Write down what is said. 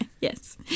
Yes